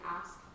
ask